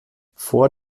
vor